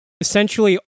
essentially